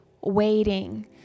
waiting